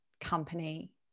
company